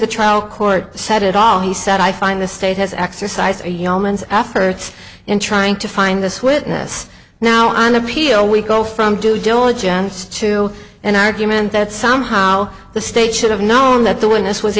the trial court said it all he said i find the state has exercised a yeoman's efforts in trying to find this witness now on appeal we go from due diligence to an argument that somehow the state should have known that the witness was